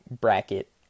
bracket